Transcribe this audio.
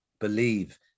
believe